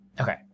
Okay